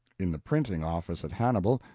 in the printing office at hannibal,